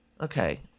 okay